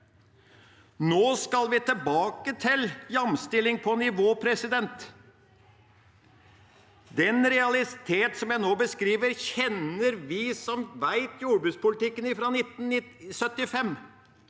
Nå skal vi tilbake til jamstilling på nivå. Den realitet som jeg nå beskriver, kjenner vi som kan jordbrukspolitikken fra 1975.